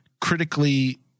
critically